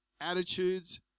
attitudes